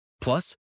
Plus